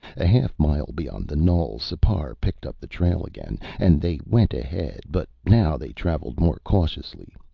a half mile beyond the knoll, sipar picked up the trail again and they went ahead, but now they traveled more cautiously,